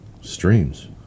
streams